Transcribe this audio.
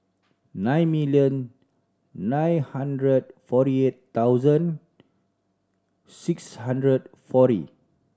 nine million nine hundred forty eight thousand six hundred forty